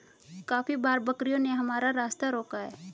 काफी बार बकरियों ने हमारा रास्ता रोका है